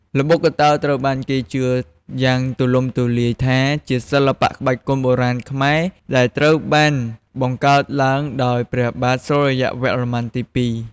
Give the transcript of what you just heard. ល្បុក្កតោត្រូវបានគេជឿយ៉ាងទូលំទូលាយថាជាសិល្បៈក្បាច់គុនបុរាណខ្មែរដែលត្រូវបានបង្កើតឡើងដោយព្រះបាទសូរ្យវរ្ម័នទី២។